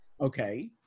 Okay